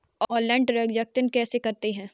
Online transaction कैसे करते हैं?